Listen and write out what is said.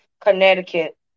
Connecticut